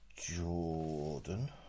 Jordan